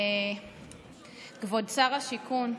כבוד שר השיכון,